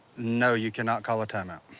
no you cannot call a time-out.